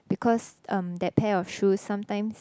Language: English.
because um that pair of shoes sometimes